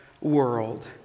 world